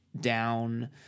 down